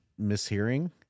mishearing